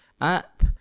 app